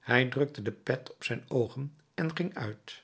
hij drukte de pet op zijn oogen en ging uit